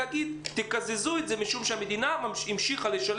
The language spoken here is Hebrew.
לגבי גילאים שלוש עד שש הבנו את הסוגיה הזו שהמדינה תמשיך לשלם,